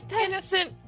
innocent